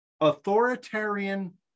authoritarian